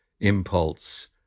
impulse